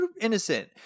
Innocent